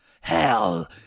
Hell